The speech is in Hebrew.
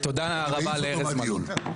ותודה רבה לארז מלול.